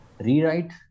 rewrite